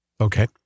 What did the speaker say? Okay